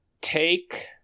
Take